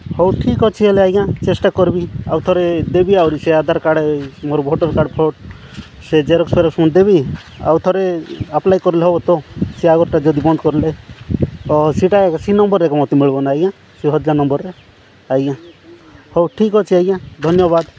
ହଉ ଠିକ୍ ଅଛି ହେଲେ ଆଜ୍ଞା ଚେଷ୍ଟା କରିବି ଆଉ ଥରେ ଦେବି ଆହୁରି ସେ ଆଧାର କାର୍ଡ଼୍ ମୋର ଭୋଟର୍ କାର୍ଡ଼୍ ଫଟୋ ସେ ଜେରକ୍ସ୍ ଫେରକ୍ସ୍ ମୁଁ ଦେବି ଆଉ ଥରେ ଆପ୍ଲାଏ କରିଲେ ହେବ ତ ସେ ଆଗରଟା ଯଦି ବନ୍ଦ କରଲେ ହେଉ ସେଇଟା ସେ ନମ୍ବର୍ ଏକା ମୋତେ ମିଳିବ ନା ଆଜ୍ଞା ସେ ହଜିଲା ନମ୍ବର୍ରେ ଆଜ୍ଞା ହଉ ଠିକ୍ ଅଛି ଆଜ୍ଞା ଧନ୍ୟବାଦ